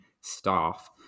staff